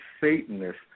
Satanist